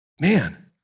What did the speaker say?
man